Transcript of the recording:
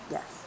Yes